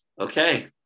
Okay